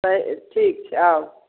पइ ठीक छै आउ